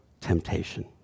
temptation